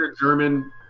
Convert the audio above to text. German